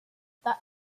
that